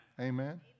Amen